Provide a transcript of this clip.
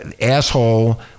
asshole